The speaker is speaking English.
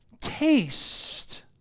taste